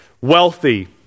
wealthy